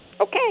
Okay